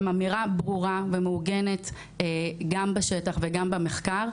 אמירה ברורה ומעוגנת גם בשטח וגם במחקר,